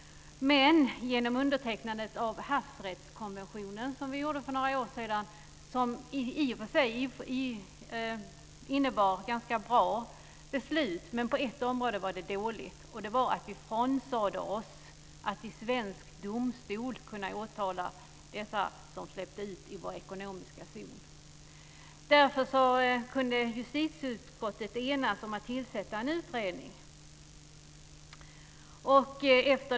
Undertecknandet av havsrättskonventionen, som vi gjorde för några år sedan, innebär i och för sig ganska bra beslut. Men på ett område var det dåligt, nämligen att vi frånsade oss att i svensk domstol kunna åtala dem som har släppt ut olja i vår ekonomiska zon. Därför kunde justitieutskottet enas om att tillsätta en utredning.